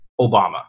Obama